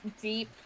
deep